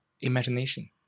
imagination